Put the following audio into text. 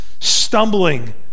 stumbling